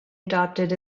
adopted